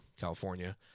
california